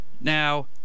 Now